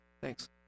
Thanks